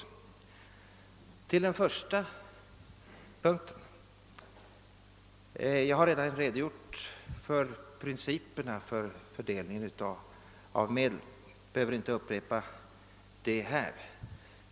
Beträffande den första punkten har jag redan redogjort för principerna för fördelningen av medlen och behöver inte upprepa dem här.